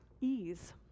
ease